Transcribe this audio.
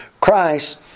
Christ